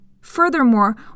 Furthermore